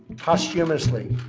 posthumously,